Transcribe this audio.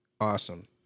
awesome